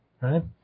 right